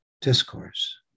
discourse